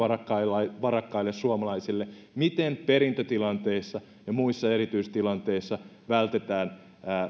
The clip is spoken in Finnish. varakkaille suomalaisille miten perintötilanteissa ja muissa erityistilanteissa vältetään